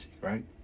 right